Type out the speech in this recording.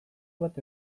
bat